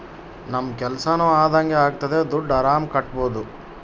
ನಮ್ ಕೆಲ್ಸನೂ ಅದಂಗೆ ಆಗ್ತದೆ ದುಡ್ಡು ಆರಾಮ್ ಕಟ್ಬೋದೂ